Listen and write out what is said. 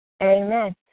Amen